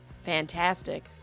fantastic